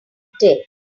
dead